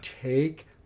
take